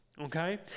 Okay